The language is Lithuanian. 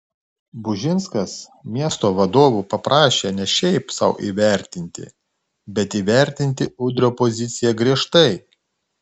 bužinskas miesto vadovų paprašė ne šiaip sau įvertinti bet įvertinti udrio poziciją griežtai